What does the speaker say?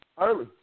early